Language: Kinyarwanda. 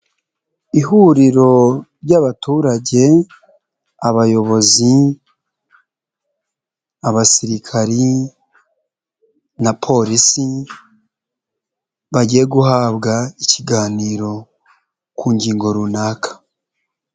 Ihuriro ry'abaturage, abayobozi, abasirikari na Polisi bagiye guhabwa ikiganiro ku ngingo runaka.